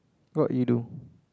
what you do